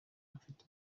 bafite